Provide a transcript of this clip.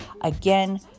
Again